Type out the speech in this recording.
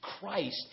Christ